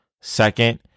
Second